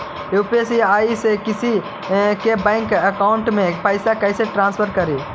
UPI से किसी के बैंक अकाउंट में पैसा कैसे ट्रांसफर करी?